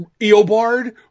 Eobard